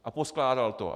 A poskládal to.